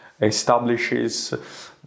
establishes